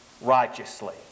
righteously